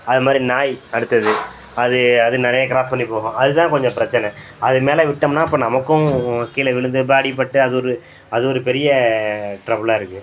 அது மாதிரி நாய் அடுத்தது அது அது நிறைய க்ராஸ் பண்ணி போகும் அது தான் கொஞ்சம் பிரச்சனை அது மேலே விட்டோம்னா அப்போ நமக்கும் கீழே விழுந்து ப அடிபட்டு அது ஒரு அது ஒரு பெரிய ட்ரபுளாக இருக்கும்